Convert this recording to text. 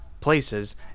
places